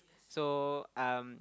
so um